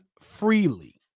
freely